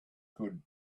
could